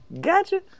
gotcha